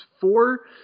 four